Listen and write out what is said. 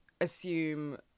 assume